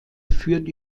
führt